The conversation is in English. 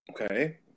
Okay